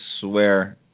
swear